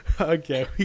okay